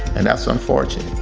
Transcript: and that's unfortunate.